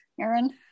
aaron